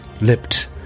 Lipped